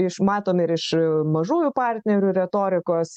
iš matom ir iš mažųjų partnerių retorikos